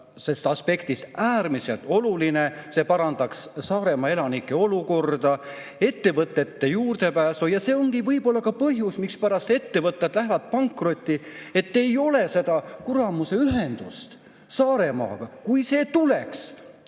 aspektist äärmiselt oluline. See parandaks Saaremaa elanike olukorda, ettevõtete juurdepääsu. See ongi võib-olla ka põhjus, mispärast ettevõtted lähevad pankrotti, et ei ole seda kuramuse ühendust Saaremaaga. Kui see tuleks,